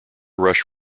rush